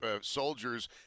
soldiers